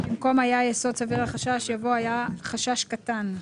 במקום "היה יסוד סביר לחשש" יבוא "היה חשש קטן".